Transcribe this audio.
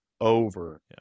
Over